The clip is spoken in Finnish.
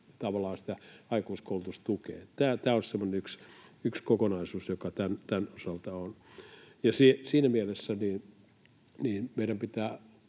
tavallaan sitä aikuiskoulutustukea. Tämä olisi semmoinen yksi kokonaisuus, joka tämän osalta on, ja siinä mielessä meidän pitää